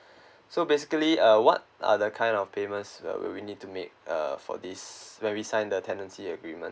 so basically uh what are the kind of payments we're we we need to make uh for this when we sign the tenancy agreement